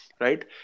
Right